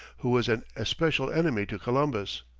who was an especial enemy to columbus.